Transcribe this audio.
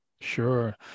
Sure